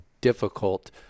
difficult